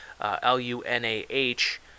L-U-N-A-H